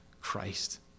Christ